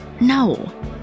No